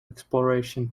exploration